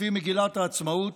לפי מגילת העצמאות,